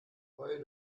heul